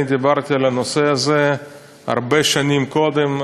אני דיברתי על הנושא הזה הרבה שנים קודם.